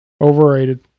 overrated